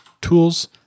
tools